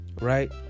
Right